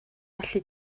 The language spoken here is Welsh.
allu